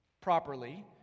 properly